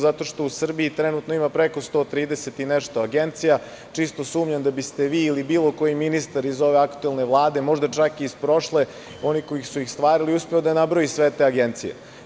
Zato što u Srbiji trenutno ima preko 130 i nešto agencija i čisto sumnjam da biste vi ili bilo koji ministar iz ove aktuelne vlade, možda čak i iz prošle, one koji su ih stvarali, uspeo da nabroji sve te agencije.